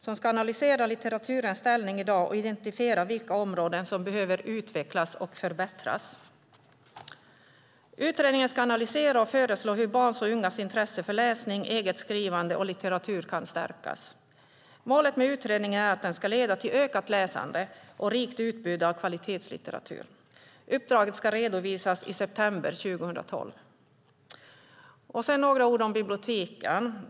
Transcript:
Den ska analysera litteraturens ställning i dag och identifiera vilka områden som behöver utvecklas och förbättras. Utredningen ska analysera och föreslå hur barns och ungas intresse för läsning, eget skrivande och litteratur kan stärkas. Målet med utredningen är att den ska leda till ökat läsande och ett rikt utbud av kvalitetslitteratur. Uppdraget ska redovisas i september 2012. Jag vill också säga några ord om biblioteken.